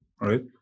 right